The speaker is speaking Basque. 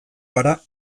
gara